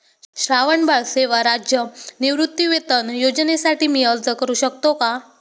श्रावणबाळ सेवा राज्य निवृत्तीवेतन योजनेसाठी मी अर्ज करू शकतो का?